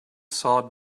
saw